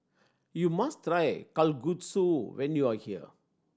you must try Kalguksu when you are here